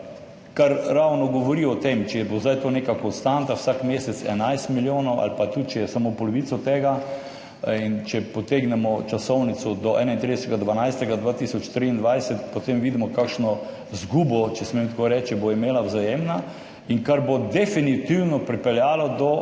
Kar ravno govori o tem, če bo zdaj to neka konstanta, vsak mesec 11 milijonov ali pa tudi, če je samo polovico tega in če potegnemo časovnico do 31. 12. 2023 potem vidimo kakšno izgubo, če smem tako reči, bo imela Vzajemna in kar bo definitivno pripeljalo do